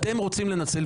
אתם רוצים לנצל,